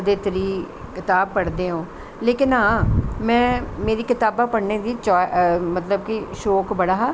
कदैं त्रीह् कताब पढ़दे ओ लेकिन हां मेरी कताबां पढ़नें दी मतलव की शौंक बड़ा हा